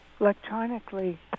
Electronically